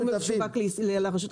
הוא לא מסמן מה שמשווק לרשות הפלסטינית.